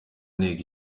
nteko